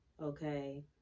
okay